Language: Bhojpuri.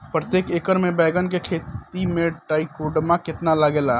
प्रतेक एकर मे बैगन के खेती मे ट्राईकोद्रमा कितना लागेला?